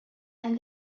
and